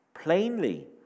plainly